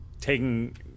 taking